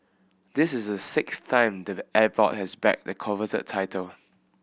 this is the sixth time the airport has bagged the coveted title